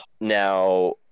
Now